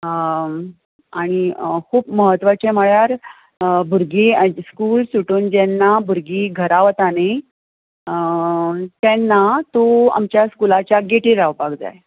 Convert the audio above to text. आनी खूब म्हत्वाचें म्हणल्यार भुरगीं स्कूल सुटून जेन्ना भुरगीं घरा वता न्हय तेन्ना तूं आमच्या स्कूलाच्या गेटीर रावपाक जाय